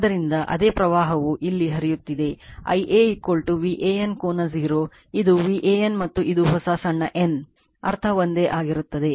ಆದ್ದರಿಂದ ಅದೇ ಪ್ರವಾಹವು ಇಲ್ಲಿ ಹರಿಯುತ್ತಿದೆ Ia VAN ಕೋನ 0 ಇದು VAN ಮತ್ತು ಇದು ಹೊಸ ಸಣ್ಣ n ಅರ್ಥ ಒಂದೇ ಆಗಿರುತ್ತದೆ